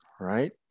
right